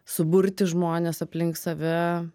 suburti žmones aplink save